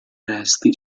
resti